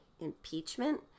impeachment